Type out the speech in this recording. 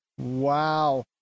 Wow